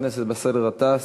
חבר הכנסת באסל גטאס,